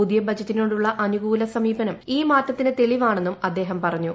പുതിയ ബജറ്റിനോടുള്ള അനുകൂല സമീപനം ഈമാറ്റത്തിന് തെളിവാണെന്നും അദ്ദേഹം പറഞ്ഞു